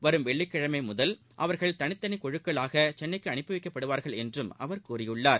வரும் வெள்ளிக்கிழமை முதல் அவர்கள் தனித்தனி குழுக்களாக சென்னைக்கு அனுப்பி வைக்கப்படுவார்கள் என்றும் அவர் கூறியுள்ளார்